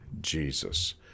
Jesus